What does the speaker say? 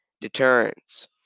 deterrence